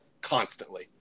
constantly